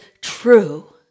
true